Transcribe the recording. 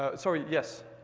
ah sorry, yes.